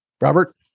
Robert